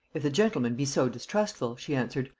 if the gentleman be so distrustful, she answered,